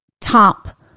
top